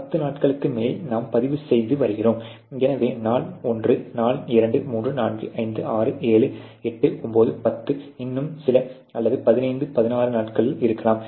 10 நாட்களுக்கு மேல் நாம் பதிவுசெய்து வருகிறோம் எனவே நாள் 1 நாள் 2 3 4 5 6 7 8 9 10 இன்னும் சில அல்லது 15 16 நாட்கள் இருக்கலாம்